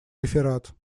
реферат